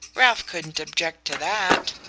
ralph couldn't object to that.